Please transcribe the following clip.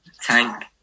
Tank